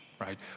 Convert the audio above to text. right